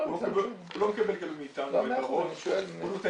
--- הוא לא מקבל מאתנו --- הוא נותן